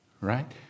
Right